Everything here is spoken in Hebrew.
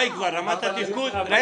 האם רמת התפקוד או